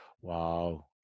wow